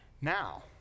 Now